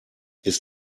ist